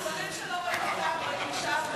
דברים שלא רואים מכאן רואים משם.